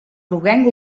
groguenc